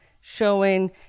showing